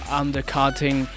undercutting